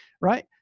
right